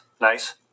Nice